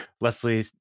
leslie